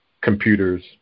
computers